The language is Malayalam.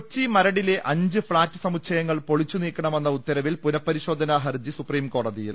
കൊച്ചി മരടിലെ അഞ്ച് ഫ്ളാറ്റ് സമുച്ചയങ്ങൾ പൊളിച്ചുനീക്കണ മെന്ന ഉത്തരവിൽ പുനപരിശോധനാ ഹർജി സുപ്രിം കോടതിയിൽ